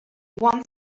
want